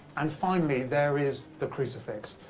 and finally, there is the crucifix,